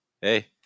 Hey